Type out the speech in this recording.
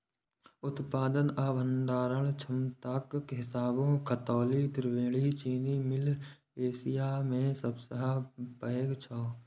उत्पादन आ भंडारण क्षमताक हिसाबें खतौली त्रिवेणी चीनी मिल एशिया मे सबसं पैघ छै